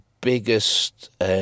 biggest